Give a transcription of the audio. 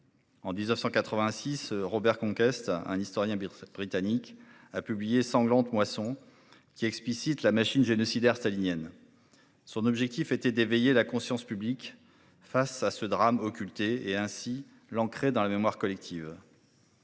En 1986, Robert Conquest, un historien britannique a publié sanglante moisson qui explicite la machine génocidaire stalinienne. Son objectif était d'éveiller la conscience publique face à ce drame occulté et ainsi l'ancrée dans la mémoire collective.